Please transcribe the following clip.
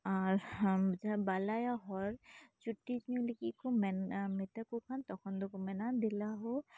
ᱟᱨ ᱡᱟᱦᱟᱸ ᱵᱟᱞᱟᱭᱟ ᱦᱚᱲ ᱪᱩᱴᱤ ᱧᱩ ᱞᱟᱹᱜᱤᱫ ᱠᱚ ᱢᱮᱱᱟ ᱢᱮᱛᱟ ᱠᱚ ᱠᱷᱟᱱ ᱛᱚᱠᱷᱚᱱ ᱫᱚᱠᱚ ᱢᱮᱱᱟ ᱫᱮᱞᱟ ᱦᱳ